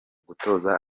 gutoza